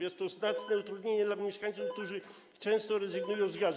Jest to znaczne utrudnienie dla mieszkańców, którzy często rezygnują z gazu.